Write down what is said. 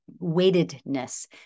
weightedness